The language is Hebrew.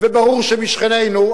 וברור שאצל שכנינו,